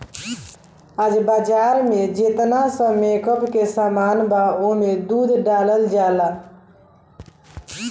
आजकल बाजार में जेतना सब मेकअप के सामान बा ओमे दूध डालल जाला